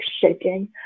shaking